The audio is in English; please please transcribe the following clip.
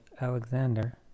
alexander